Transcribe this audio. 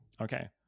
Okay